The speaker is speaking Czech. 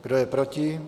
Kdo je proti?